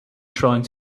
trying